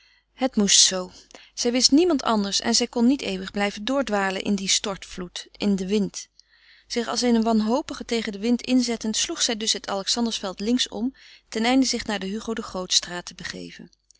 het moest zoo zij wist niemand anders en zij kon niet eeuwig blijven doordwalen in dien stortvloed in den wind zich als eene wanhopige tegen den wind inzettend sloeg zij dus het alexandersveld links om teneinde zich naar de hugo de grootstraat te begeven